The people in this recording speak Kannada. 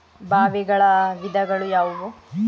ಬಾವಿಗಳ ವಿಧಗಳು ಯಾವುವು?